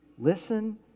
Listen